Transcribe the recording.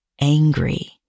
angry